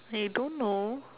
I don't know